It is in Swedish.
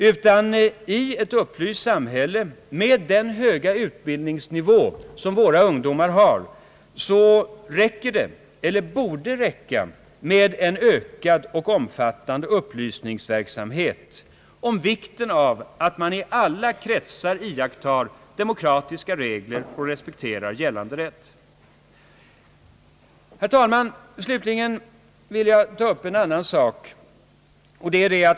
I ett upplyst samhälle och med den höga utbildningsnivå som våra ungdomar har borde det räcka med en ökad och omfattande upplysningsverksamhet om vikten av att man i alla kretsar iakttar demokratiska regler och respekterar gällande rätt. Herr talman!